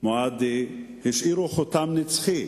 מועדי השאירו חותם נצחי